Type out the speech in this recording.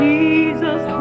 Jesus